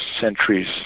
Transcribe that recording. centuries